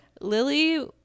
Lily